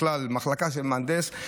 בכלל, מחלקה של מהנדס.